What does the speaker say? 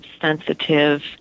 sensitive